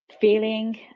feeling